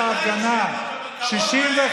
גדולה מהעובדה שאתה יושב פה.